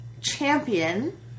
champion